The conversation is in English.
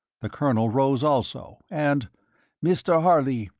the colonel rose also, and mr. harley,